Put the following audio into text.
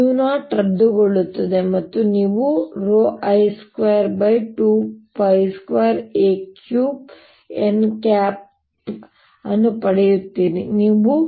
ಇಲ್ಲಿ ಯಾಂತ್ರಿಕ ಶಕ್ತಿ ಅಥವಾ ಒಳಗೆ ಉತ್ಪತ್ತಿಯಾಗುವ ಶಾಖವನ್ನು ವಾಸ್ತವವಾಗಿ ಪಾಯಿಂಟಿಂಗ್ ವೆಕ್ಟರ್ ಮೂಲಕ ತರಲಾಗಿದೆ ಎಂದು ತೋರಿಸಲು ನಾವು ಬಯಸುತ್ತೇವೆ ಮತ್ತು ಅದನ್ನು ತೋರಿಸಲು ಇದು ಸಾಕಾಗುತ್ತದೆ